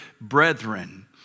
brethren